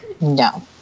No